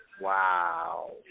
Wow